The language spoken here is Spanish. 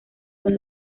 son